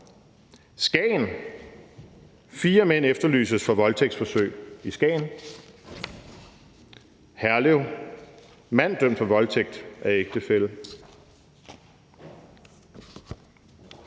Skagen: »Fire mænd efterlyses for voldtægtsforsøg i Skagen«. Herlev: »Mand dømt for voldtægt af ægtefælle«.